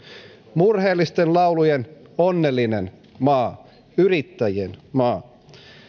murheellisten laulujen onnellinen maa yrittäjien maa